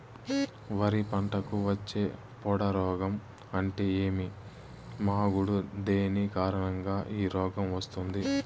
వరి పంటకు వచ్చే పొడ రోగం అంటే ఏమి? మాగుడు దేని కారణంగా ఈ రోగం వస్తుంది?